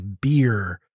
beer